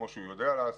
כמו שהוא יודע לעשות,